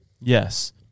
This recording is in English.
Yes